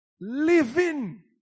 living